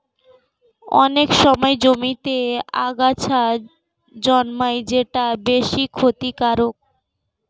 অনেক সময় জমিতে আগাছা জন্মায় যেটা বেশ ক্ষতিকারক